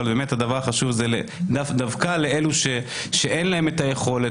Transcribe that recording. אבל הדבר החשוב זה דווקא לאלו שאין להם את היכולת,